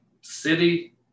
city